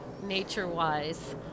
nature-wise